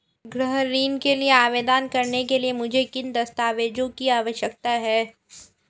गृह ऋण के लिए आवेदन करने के लिए मुझे किन दस्तावेज़ों की आवश्यकता है?